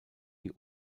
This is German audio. die